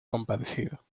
compadecido